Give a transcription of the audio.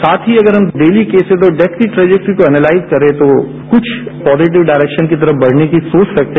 साथ ही अगर हम डेली केसेज और डेथ की ट्रेजिट्री को एनेलाइज करें तो कुछ पॉजिटिव डायरेक्शन की तरफ बढ़ने की सोच सकते हैं